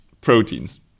proteins